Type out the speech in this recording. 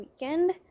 weekend